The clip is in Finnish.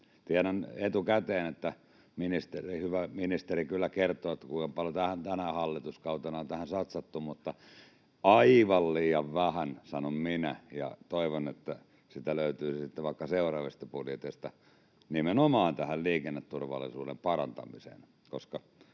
Tiedän etukäteen, että hyvä ministeri kyllä kertoo, kuinka paljon tänä hallituskautena on tähän satsattu. Mutta aivan liian vähän, sanon minä, ja toivon, että rahaa löytyy sitten vaikka seuraavista budjeteista nimenomaan tähän liikenneturvallisuuden parantamiseen,